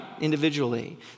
individually